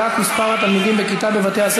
וכשהם מתלהמים בכיתות זה כנראה בגלל